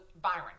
Byron